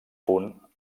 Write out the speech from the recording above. punt